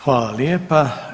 Hvala lijepa.